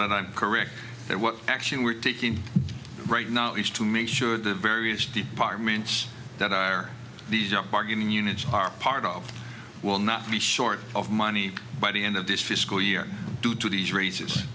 that i'm correct that what action we're taking right now is to make sure the various departments that are these are bargaining units are part of will not be short of money by the end of this fiscal year due to these r